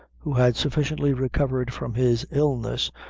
who had sufficiently recovered from his illness,